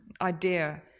idea